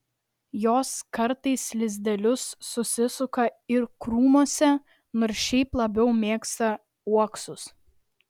jos kartais lizdelius susisuka ir krūmuose nors šiaip labiau mėgsta uoksus